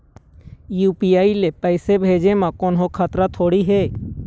UPI ले पैसे भेजे म कोन्हो खतरा थोड़ी हे?